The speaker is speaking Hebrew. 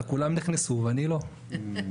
אנחנו ב-5,000 מגה-וואט מותקן --- רגע,